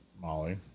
Molly